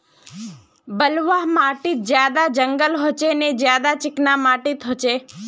बलवाह माटित ज्यादा जंगल होचे ने ज्यादा चिकना माटित होचए?